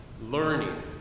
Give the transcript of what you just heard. learning